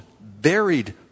buried